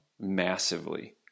massively